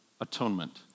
atonement